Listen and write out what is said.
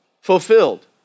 fulfilled